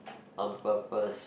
on purpose